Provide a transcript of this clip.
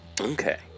Okay